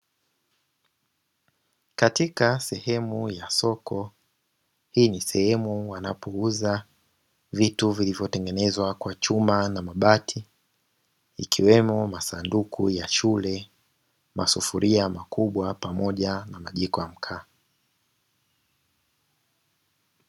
Katika sehemu ya soko, hii ni sehemu wanapouza vitu vilivyotengenezwa kwa chuma na mabati ikiwemo: masanduku ya shule, masufuria makubwa pamoja na majiko ya mkaa.